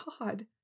God